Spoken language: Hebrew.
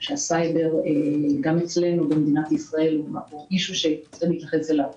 שהסייבר גם אצלנו במדינת ישראל צריך להתייחס אליו